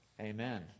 Amen